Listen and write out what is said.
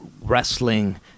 Wrestling